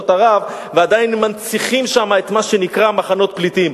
ערב ועדיין מנציחים שם את מה שנקרא "מחנות פליטים".